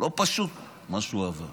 לא פשוט מה שהוא עבר,